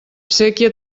séquia